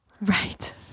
Right